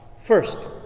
First